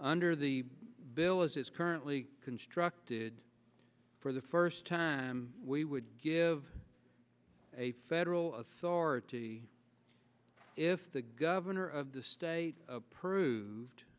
under the bill as it's currently constructed for the first time we would give a federal authority if the governor of the state approved